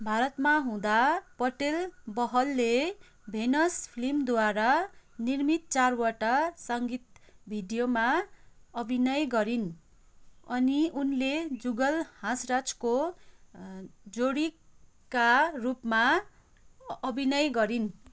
भारतमा हुँदा पटेल बहलले भेनस फिल्म्सद्वारा निर्मित चारवटा साङ्गीतिक भिडियोमा अभिनय गरिन् अनि उनले जुगल हासराजको जोडीका रूपमा अभिनय गरिन्